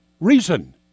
Reason